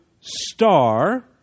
star